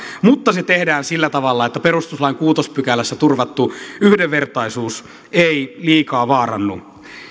mutta se tehdään sillä tavalla että perustuslain kuudennessa pykälässä turvattu yhdenvertaisuus ei liikaa vaarannu